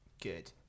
Good